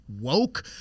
woke